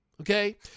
okay